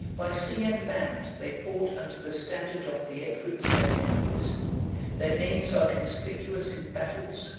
by sea and land they fought under the standard of the edwards and henries their names are conspicuous in battles,